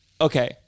Okay